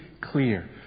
clear